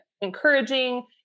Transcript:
encouraging